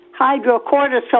hydrocortisone